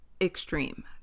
extreme